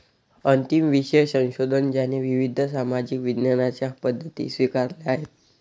अंतिम विषय संशोधन ज्याने विविध सामाजिक विज्ञानांच्या पद्धती स्वीकारल्या आहेत